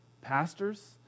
pastors